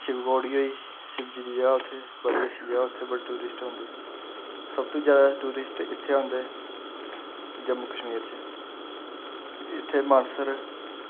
शिवखोड़ी होई गेई शिवजी दी जगह् उत्थें बड़ी अच्छी जगह् उत्थें बड़े टूरिस्ट औंदे सब तों ज्यादा टूरिस्ट इत्थें औंदे जम्मू कश्मीर च इत्थें मानसर